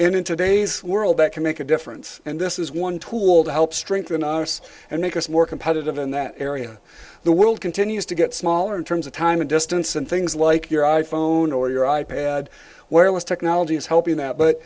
and in today's world that can make a difference and this is one tool to help strengthen our us and make us more competitive in that area the world continues to get smaller in terms of time and distance and things like your i phone or your i pad where less technology is helping that but